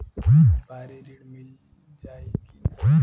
व्यापारी ऋण मिल जाई कि ना?